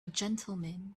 gentleman